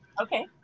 okay